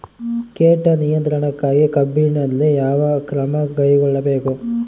ಕೇಟ ನಿಯಂತ್ರಣಕ್ಕಾಗಿ ಕಬ್ಬಿನಲ್ಲಿ ಯಾವ ಕ್ರಮ ಕೈಗೊಳ್ಳಬೇಕು?